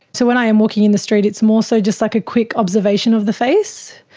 so when i am walking in the street it's more so just like a quick observation of the face,